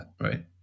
right